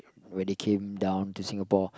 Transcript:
where they came down to Singapore